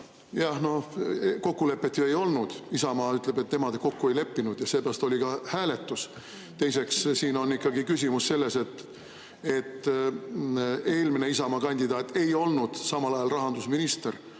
Jah, no kokkulepet ju ei olnud. Isamaa ütleb, et tema kokku ei leppinud ja seepärast oli ka hääletus. Teiseks, siin on küsimus selles, et eelmine, Isamaa kandidaat ei olnud samal ajal rahandusminister,